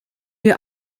wir